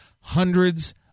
hundreds